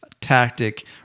tactic